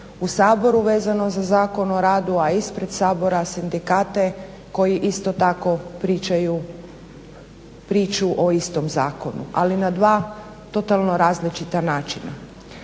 u Saboru vezano za Zakon o radu, a ispred Sabora sindikate koji isto tako pričaju priču o istom zakonu, ali dva totalno različita načina.